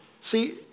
See